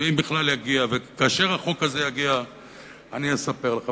ואם בכלל יגיע, וכאשר החוק הזה יגיע אני אספר לך.